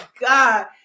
God